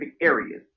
areas